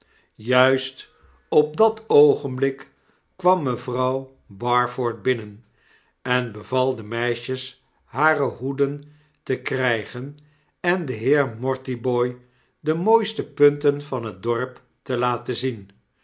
juist op dat oogenblik kwam mevrouw barford binnen en beval de meisjes hare hoeden te krijgen en den heer mortibooi de mooiste punten van het dorp te laten zien